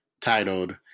titled